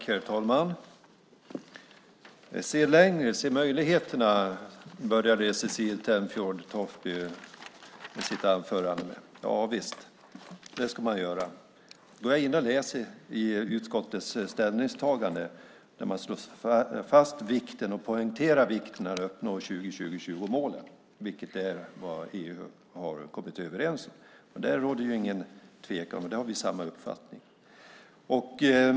Herr talman! Se längre, se möjligheterna! säger Cecilie Tenfjord-Toftby i sitt anförande. Javisst, det ska man göra. Jag läser utskottets ställningstagande där man poängterar vikten av att nå 20-20-20-målen, vilket man i EU har kommit överens om. Där är det ingen tvekan, där har vi samma uppfattning.